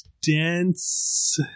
dense